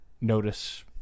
notice